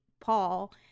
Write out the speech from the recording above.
Paul